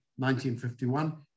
1951